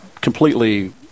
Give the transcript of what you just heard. completely